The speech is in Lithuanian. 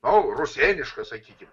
na rusėniška sakykim